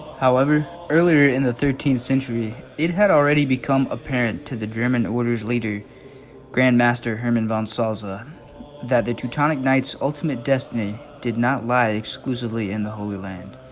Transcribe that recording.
however earlier in the thirteenth century it had already become apparent to the german order's leader grandmaster hermann von salsa that the teutonic knights ultimate destiny did not lie exclusively in the holy land